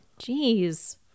jeez